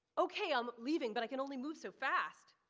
okay, i'm leaving but i can only move so fast.